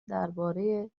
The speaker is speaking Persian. درباره